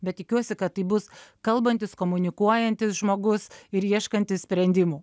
bet tikiuosi kad taip bus kalbantis komunikuojantis žmogus ir ieškantis sprendimų